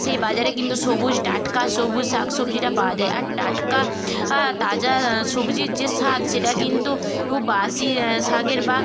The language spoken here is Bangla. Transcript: সেই বাজারে কিন্তু সবুজ টাটকা সবুজ শাক সবজিটা পাওয়া যায় আর টাটকা তাজা সবজির যে স্বাদ সেটা কিন্তু বাসি শাকের বা